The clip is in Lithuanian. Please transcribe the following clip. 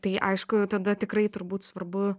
tai aišku tada tikrai turbūt svarbu